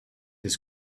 his